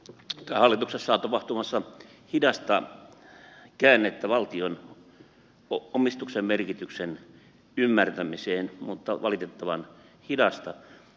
hallituksessa on tapahtumassa hidasta käännettä valtion omistuksen merkityksen ymmärtämiseen mutta valitettavan hidasta